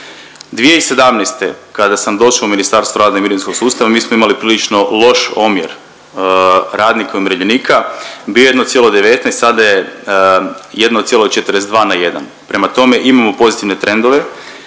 2017. kada sam došao u Ministarstvo rada i mirovinskog sustava mi smo imali prilično loš omjer radnika i umirovljenika. Bio je 1,19 sada je 1,42 na jedan. Prema tome imamo pozitivne trendove,